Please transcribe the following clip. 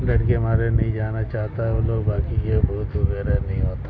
ڈر کے مارے نہیں جانا چاہتا وہ لوگ باقی یہ بھوت وغیرہ نہیں ہوتا اس میں